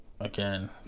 again